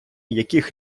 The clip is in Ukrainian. яких